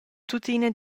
tuttina